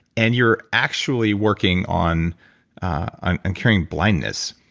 and you're actually working on on and curing blindness.